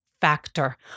factor